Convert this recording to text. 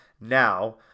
now